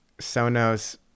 Sonos